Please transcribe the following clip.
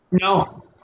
No